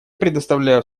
предоставляю